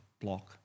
block